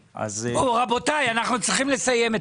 רבותיי, אנחנו צריכים לסיים.